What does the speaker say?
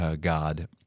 god